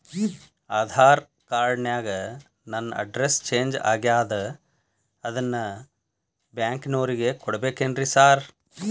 Aadhaar card ನ್ಯಾಗ ನನ್ address change ಆಗ್ಯಾದ ಅದನ್ನ ಬ್ಯಾಂಕಿನೊರಿಗೆ ಕೊಡ್ಬೇಕೇನ್ರಿ ಸಾರ್?